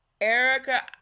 Erica